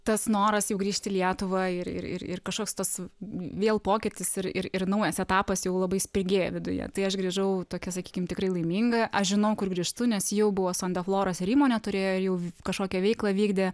tas noras jau grįžt į lietuvą ir ir ir ir kažkoks tas vėl pokytis ir ir ir naujas etapas jau labai spirgėjo viduje tai aš grįžau tokia sakykim tikrai laiminga aš žinau kur grįžtu nes jau buvo son de floras ir įmonė turėjo jau kažkokią veiklą vykdė